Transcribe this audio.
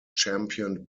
championed